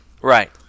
right